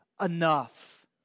enough